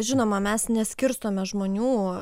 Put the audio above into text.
žinoma mes neskirstome žmonių